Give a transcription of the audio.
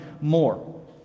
more